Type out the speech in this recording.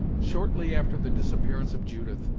shortly after the disappearance of judith,